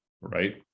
right